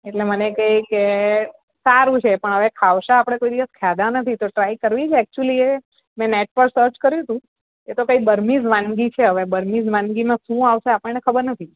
એટલે મને કહે કે સારું છે પણ હવે ખાવસા આપણે કોઈ દિવસ ખાધા નથી તો ટ્રાઈ કરવી છે એક્ચુલી એ મેં નેટ પર સર્ચ કર્યું તું એ તો કંઈક બર્મીઝ વાનગી છે હવે બર્મીઝ વાનગીમાં શું આવશે આપણને ખબર નથી મને